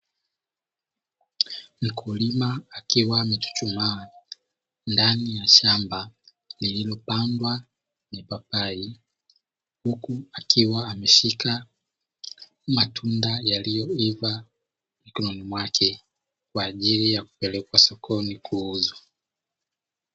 Mkulima akiwa amechuchumaa ndani ya shamba lililopandwa mipapai huku akiwa ameshika matunda yaliyoiva mikononi mwake kwa ajili ya kupelekwa sokoni kuuzwa.